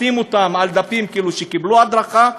מחתים אותם על דפים שכאילו קיבלו הדרכה.